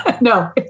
No